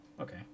okay